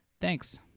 Thanks